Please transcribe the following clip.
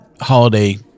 holiday